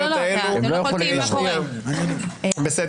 שבעצמם יהיו תלויים בהמשך הקידום שלהם על ידי הגורמים